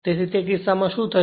તેથી તે કિસ્સામાં શું થશે